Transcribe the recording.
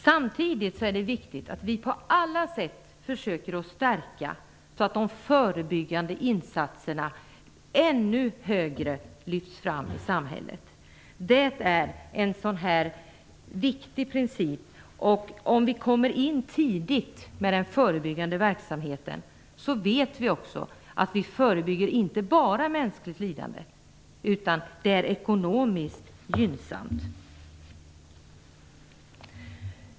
Samtidigt är det viktigt att vi på alla sätt försöker stärka de förebyggande insatserna i samhället, så att de lyfts fram i ännu högre grad. Det är en viktig princip. Om vi kommer in tidigt med den förebyggande verksamheten vet vi också att vi inte bara förebygger mänskligt lidande utan att det också är ekonomiskt gynnsamt.